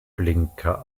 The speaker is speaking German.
blinker